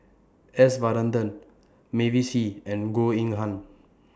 S Varathan Mavis Hee and Goh Eng Han